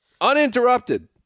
Uninterrupted